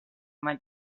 maig